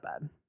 bad